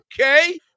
okay